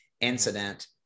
incident